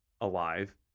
alive